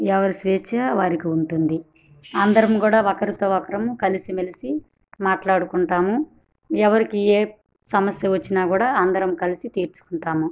ఎవరి స్వేచ్ఛ వారికి ఉంటుంది అందరం కూడా ఒకరితో ఒకరము కలిసిమెలిసి మాట్లాడుకుంటాము ఎవరికి ఏ సమస్య వచ్చినా కూడా అందరం కలిసి తీర్చుకుంటాము